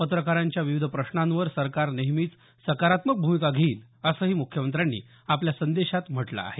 पत्रकारांच्या विविध प्रश्नांवर सरकार नेहमीच सकारात्मक भूमिका घेईल असंही मुख्यमंत्र्यांनी आपल्या संदेशात म्हटल आहे